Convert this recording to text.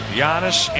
Giannis